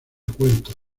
cuentos